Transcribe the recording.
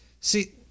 See